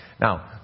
Now